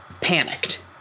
panicked